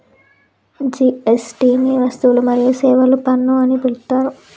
GST ని వస్తువులు మరియు సేవల పన్ను అని పిలుత్తారు